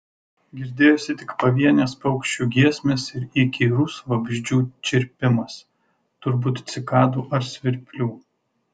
girdėjosi tik pavienės paukščių giesmės ir įkyrus vabzdžių čirpimas turbūt cikadų ar svirplių